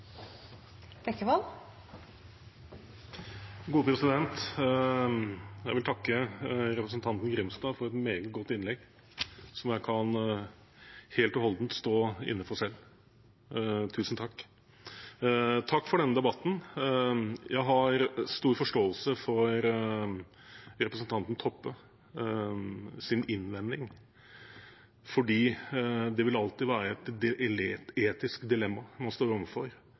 jeg helt og holdent kan stå inne for selv – tusen takk! Takk for denne debatten. Jeg har stor forståelse for representanten Toppes innvending, for det vil alltid være etiske dilemmaer man står overfor når man